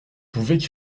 pouvaient